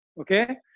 Okay